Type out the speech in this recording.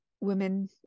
women